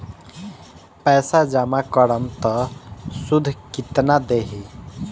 पैसा जमा करम त शुध कितना देही?